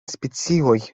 specioj